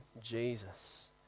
Jesus